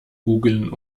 googlen